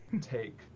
take